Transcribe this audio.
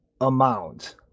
amount